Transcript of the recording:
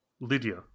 Lydia